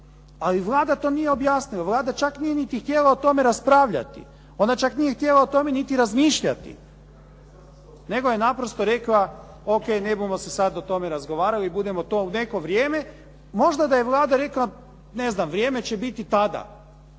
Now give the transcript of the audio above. Ali Vlada to nije objasnila. Vlada čak nije niti htjela o tome raspravljati. Ona čak nije htjela o tome niti razmišljati, nego je naprosto rekla ok, ne bumo se sad o tome razgovarali, budemo to u neko vrijeme. Možda da je Vlada rekla vrijeme će biti tada